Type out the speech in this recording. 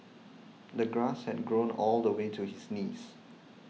the grass had grown all the way to his knees